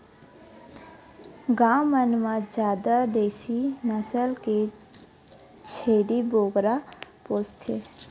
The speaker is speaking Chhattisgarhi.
गाँव मन म जादा देसी नसल के छेरी बोकरा पोसथे